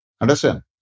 Understand